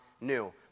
new